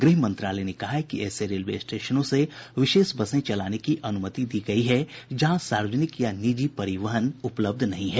गृह मंत्रालय ने कहा है कि ऐसे रेलवे स्टेशनों से विशेष बसें चलाने की अनुमति दी गई है जहां सार्वजनिक या निजी परिवहन उपलब्ध नहीं है